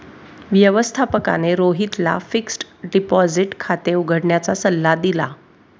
व्यवस्थापकाने रोहितला fixed deposit खाते उघडण्याचा सल्ला दिला